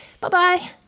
Bye-bye